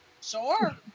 Sure